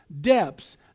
depths